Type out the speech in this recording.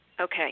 Okay